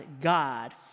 God